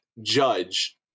judge